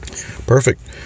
perfect